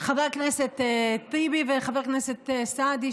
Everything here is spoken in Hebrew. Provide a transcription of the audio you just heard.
חבר הכנסת טיבי וחבר הכנסת סעדי,